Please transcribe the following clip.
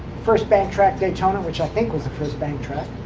first banked track daytona, which i think was the first banked track.